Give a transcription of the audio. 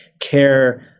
care